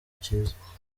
cyiza